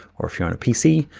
or if you're on a pc,